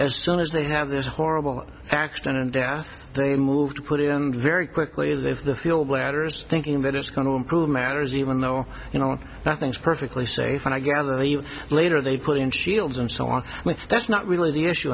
as soon as they have this horrible accident and they moved to put it very quickly leave the field where others thinking that it's going to improve matters even though you know nothing's perfectly safe and i gather you later they put in shields and so on that's not really the issue